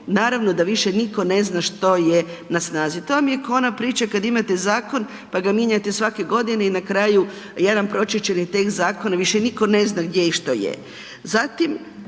naravno da više nitko ne zna što je na snazi. To vam je kao ona priča kad imate zakon pa ga mijenjate svake godine i na kraju jedan pročišćeni tekst zakona više nitko ne zna gdje je i što je.